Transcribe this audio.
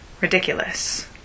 ridiculous